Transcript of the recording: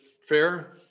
fair